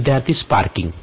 विद्यार्थी स्पार्किंग